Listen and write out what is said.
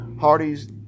Hardys